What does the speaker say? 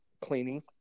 cleaning